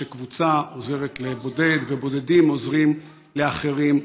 שקבוצה עוזרת לבודד ובודדים עוזרים לאחרים.